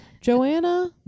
Joanna